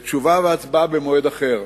ותשובה והצבעה במועד אחר.